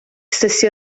stessi